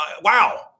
Wow